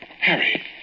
Harry